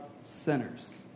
sinners